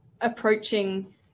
approaching